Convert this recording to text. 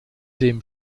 dem